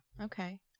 Okay